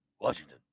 Washington